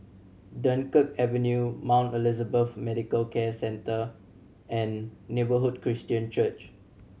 Dunkirk Avenue Mount Elizabeth Medical Centre and Neighbourhood Christian Church